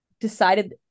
decided